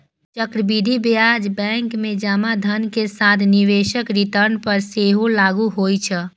चक्रवृद्धि ब्याज बैंक मे जमा धन के साथ निवेशक रिटर्न पर सेहो लागू होइ छै